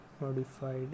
modified